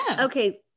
Okay